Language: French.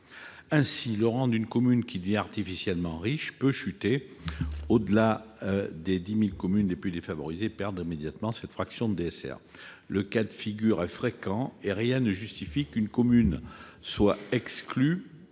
Ainsi, le rang d'une commune qui devient artificiellement riche peut chuter au-delà des 10 000 communes les plus défavorisées et cette commune perd immédiatement cette fraction de la DSR. Ce cas de figure est fréquent et rien ne justifie qu'une commune soit exclue